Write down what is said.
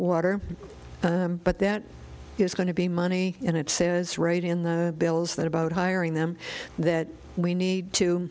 water but that is going to be money and it says right in the bills that about hiring them that we need to